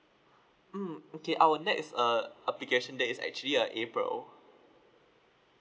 mm okay our next uh application that is actually uh april